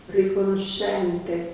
riconoscente